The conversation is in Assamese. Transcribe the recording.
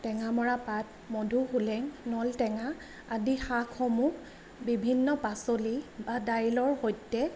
টেঙা মৰা পাত মধুসোলেং নল টেঙা আদি শাকসমূহ বিভিন্ন পাচলি বা দাইলৰ সৈতে